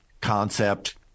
concept